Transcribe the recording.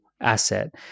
asset